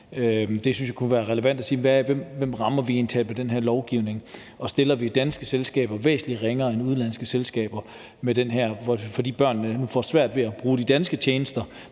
Der synes jeg, det kunne være relevant at sige: Hvem rammer vi egentlig med den her lovgivning? Stiller vi danske selskaber væsentlig ringere end udenlandske selskaber med det her, fordi børnene nu får svært ved at bruge de danske tjenester,